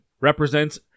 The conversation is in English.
represents